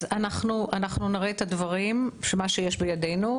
נראה את הדברים, מה שיש בידינו.